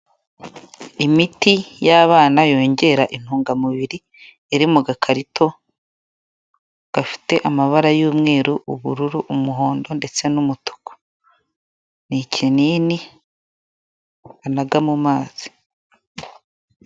Imiti y'abana yongera intungamubiri, iri mu gakarito gafite amabara y'umweru, ubururu umuhondo ndetse n'umutuku, ni ikinini banaga mu mazi.